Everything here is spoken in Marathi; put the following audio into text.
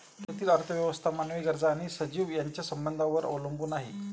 तेथील अर्थव्यवस्था मानवी गरजा आणि सजीव यांच्या संबंधांवर अवलंबून आहे